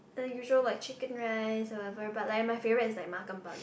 the usual like Chicken Rice whatever but like my favorite is like makan bagus